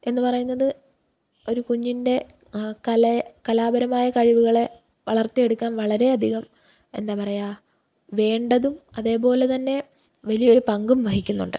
എന്ന് പറയുന്നത് ഒരു കുഞ്ഞിൻ്റെ കലയെ കലാപരമായ കഴിവുകളെ വളർത്തിയെടുക്കാൻ വളരെയധികം എന്താപറയുക വേണ്ടതും അതേപോലെതന്നെ വലിയൊരു പങ്കും വഹിക്കുന്നുണ്ട്